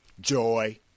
joy